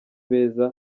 beza